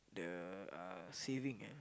the uh saving eh